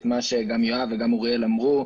בכל מערכת את 100 הראשונים אתה מקבל --- כן.